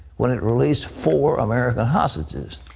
when it released four american hostages.